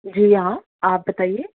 جی ہاں آپ بتائیے